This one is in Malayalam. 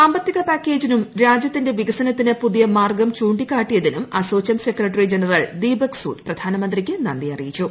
സാമ്പത്തിക പാക്കേജിനും രാജ്യത്തിന്റെ വികസനത്തിന് പുതിയ മാർഗ്ഗം ചൂണ്ടിക്കാട്ടിയതിനും അസോച്ചം സെക്രട്ടറി ജനറൽ ദീപക് സൂദ് പ്രധാനമന്ത്രിയ്ക്ക് നന്ദി അറിയിച്ചു